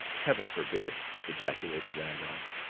heaven forbid! ejaculated randolph.